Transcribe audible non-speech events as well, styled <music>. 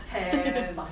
<laughs>